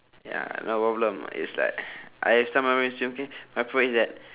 ya no problem it's like I have some memories with him okay my point is that